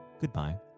goodbye